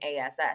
ASS